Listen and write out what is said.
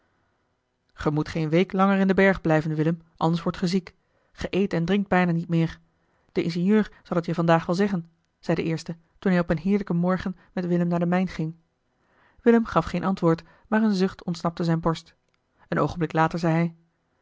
ge moet geene week langer in den berg blijven willem anders wordt ge ziek ge eet en drinkt bijna niet meer de ingenieur zal het je vandaag wel zeggen zei de eerste toen hij op een heerlijken morgen met willem naar de mijn ging willem gaf geen antwoord maar een zucht ontsnapte zijne borst een oogenblik later zei